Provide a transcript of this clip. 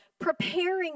preparing